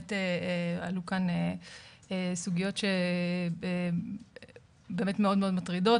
באמת עלו כאן סוגיות שמאוד-מאוד מטרידות,